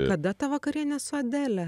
kada ta vakarienė su adele